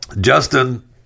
Justin